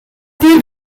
peu